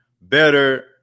better